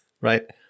right